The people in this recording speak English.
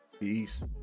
peace